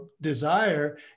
desire